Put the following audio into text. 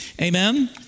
Amen